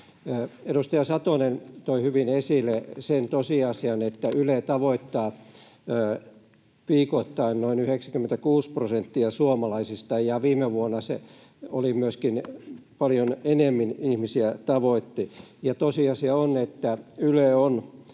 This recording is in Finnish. Edustaja Satonen toi hyvin esille sen tosiasian, että Yle tavoittaa viikoittain noin 96 prosenttia suomalaisista, ja viime vuonna se tavoitti paljon enemmän ihmisiä. Tosiasia on, että Yle on